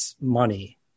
money